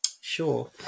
Sure